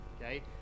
okay